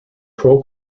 pro